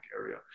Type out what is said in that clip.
area